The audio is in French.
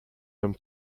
homme